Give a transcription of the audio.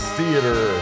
Theater